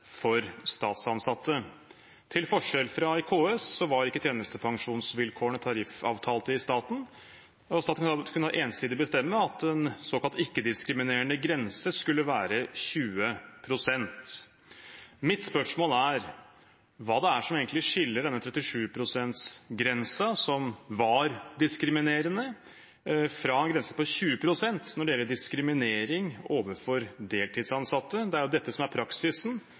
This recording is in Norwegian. for statsansatte. Til forskjell fra i KS var ikke tjenestepensjonsvilkårene tariffavtalte i staten, og staten kunne da ensidig bestemme at en såkalt ikke-diskriminerende grense skulle være 20 pst. Mitt spørsmål er: Hva er det egentlig som skiller denne 37 pst.-grensen – som var diskriminerende – fra en grense på 20 pst. når det gjelder diskriminering overfor deltidsansatte? Det er jo dette som er praksisen